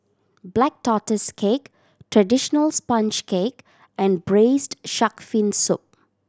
Black Tortoise Cake traditional sponge cake and Braised Shark Fin Soup